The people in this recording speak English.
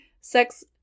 sex